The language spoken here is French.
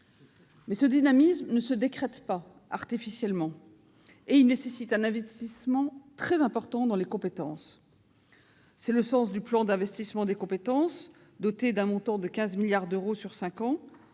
Ce dynamisme ne se décrète pas artificiellement, et il nécessite un investissement très important dans les compétences. C'est le sens du plan d'investissement dans les compétences. Doté d'un montant de 15 milliards d'euros sur cinq ans,